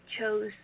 chose